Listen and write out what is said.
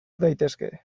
daitezke